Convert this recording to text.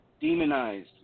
demonized